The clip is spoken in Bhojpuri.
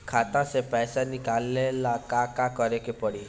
खाता से पैसा निकाले ला का का करे के पड़ी?